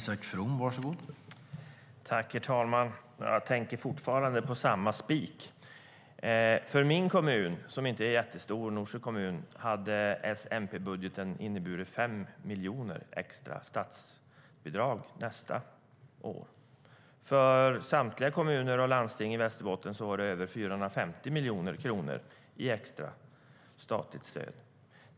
Herr talman! Jag tänker fortfarande på samma spik. För min kommun, Norsjö kommun, som inte är jättestor hade S-MP-budgeten inneburit 5 miljoner extra i statsbidrag nästa år. För samtliga kommuner och landsting i Västerbotten var det över 450 miljoner kronor i extra statligt stöd.